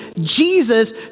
Jesus